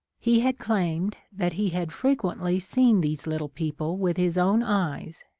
he had claimed that he had frequently seen these little people with his own eyes,